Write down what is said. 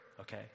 Okay